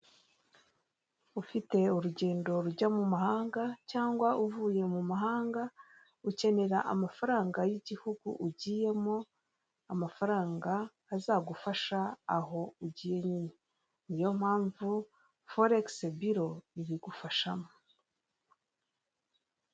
Ufite urugendo rujya mu mahanga cyangwa uvuye mu mahanga, ukenera amafaranga y'igihugu ugiyemo, amafaranga azagufasha aho ugiye nyine, niyo mpamvu foregisibiro ibigufashamo.